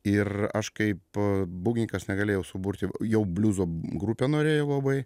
ir aš kaip būgnininkas negalėjau suburti jau bliuzo grupę norėjau labai